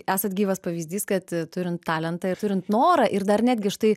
esat gyvas pavyzdys kad turint talentą ir turint norą ir dar netgi štai